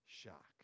shock